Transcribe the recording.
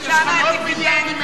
יש לך מאות מיליארדים מהחברות,